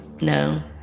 no